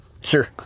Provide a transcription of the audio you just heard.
Sure